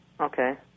Okay